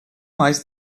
mais